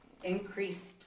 increased